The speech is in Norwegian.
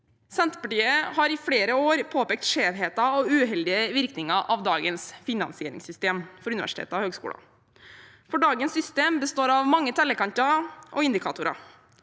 Senterpartiet har i flere år påpekt skjevheter i og uheldige virkninger av dagens finansieringssystem for universiteter og høyskoler. Dagens system består av mange tellekanter og indikatorer.